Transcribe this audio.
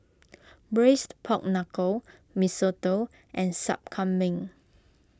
Braised Pork Knuckle Mee Soto and Sup Kambing